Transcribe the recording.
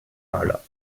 maler